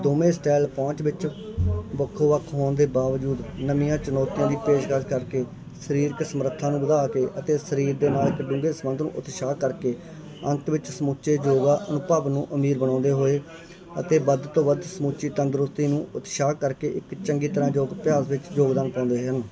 ਦੋਵੇਂ ਸਟੈਲ ਪਹੁੰਚ ਵਿੱਚ ਵੱਖੋ ਵੱਖ ਹੋਣ ਦੇ ਬਾਵਜੂਦ ਨਵੀਆਂ ਚੁਣੌਤੀਆਂ ਦੀ ਪੇਸ਼ਕਸ ਕਰਕੇ ਸਰੀਰਕ ਸਮਰੱਥਾ ਨੂੰ ਵਧਾ ਕੇ ਅਤੇ ਸਰੀਰ ਦੇ ਨਾਲ ਇੱਕ ਡੂੰਘੇ ਸੰਬੰਧ ਨੂੰ ਉਤਸ਼ਾਹ ਕਰਕੇ ਅੰਤ ਵਿੱਚ ਸਮੁੱਚੇ ਯੋਗਾ ਅਨੁਭਵ ਨੂੰ ਅਮੀਰ ਬਣਾਉਂਦੇ ਹੋਏ ਅਤੇ ਵੱਧ ਤੋਂ ਵੱਧ ਸਮੁੱਚੀ ਤੰਦਰੁਸਤੀ ਨੂੰ ਉਤਸ਼ਾਹ ਕਰਕੇ ਇੱਕ ਚੰਗੀ ਤਰ੍ਹਾਂ ਯੋਗ ਅਭਿਆਸ ਵਿੱਚ ਯੋਗਦਾਨ ਪਾਉਂਦੇ ਹਨ